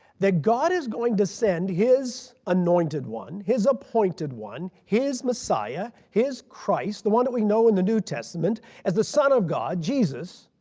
that god is going to send his anointed one, his appointed one, his messiah, his christ, the one that we know in the new testament as the son of god jesus,